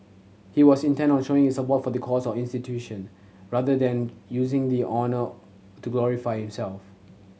he was intent on showing his support for the cause or institution rather than using the honour to glorify himself